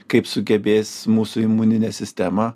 kaip sugebės mūsų imuninė sistema